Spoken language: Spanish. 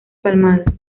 palmadas